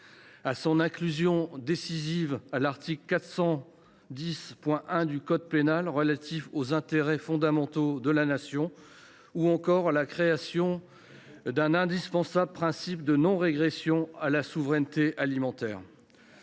et son inclusion décisive à l’article 410 1 du code pénal relatif aux intérêts fondamentaux de la Nation, ou encore la création d’un indispensable principe de non régression de la souveraineté alimentaire.